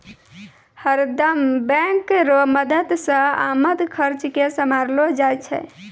हरदम बैंक रो मदद से आमद खर्चा के सम्हारलो जाय छै